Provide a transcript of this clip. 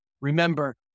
Remember